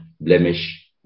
blemish